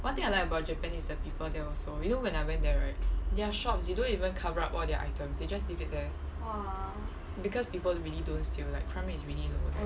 one thing I like about japan is the people there also you know when I went there right their shops they don't even cover up all their items they just leave it there because people really don't steal like crime rate is really low there